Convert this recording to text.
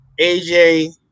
AJ